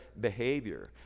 behavior